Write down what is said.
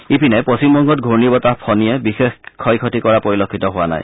ইপিনে পশ্চিমবংগত ঘূৰ্ণী বতাহ ফণীয়ে বিশেষ ক্ষয় ক্ষতি কৰা পৰিলক্ষিত হোৱা নাই